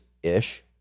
Ish